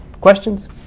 questions